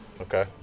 Okay